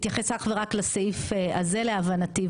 התייחס אך ורק לסעיף הזה להבנתי,